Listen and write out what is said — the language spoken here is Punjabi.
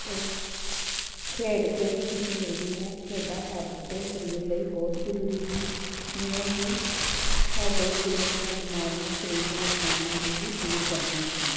ਅਤੇ ਖੇਡ ਕੇ ਵੀ ਖੁਸ਼ੀ ਮਿਲਦੀ ਹੈ ਖੇਡਾਂ ਸਾਡੇ ਸਰੀਰ ਲਈ ਬਹੁਤ ਜ਼ਰੂਰੀ ਹਨ ਜਿਵੇਂ ਕਿ ਸਾਡੇ ਦਿਲ ਦੀਆਂ ਬਿਮਾਰੀਆਂ ਸਰੀਰ ਦੀਆਂ ਬਿਮਾਰੀਆਂ ਨੂੰ ਵੀ ਦੂਰ ਕਰਦੀਆਂ ਹਨ